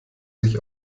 sich